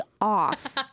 off